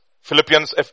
Philippians